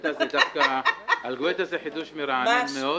גואטה זה חידוש מרענן מאוד.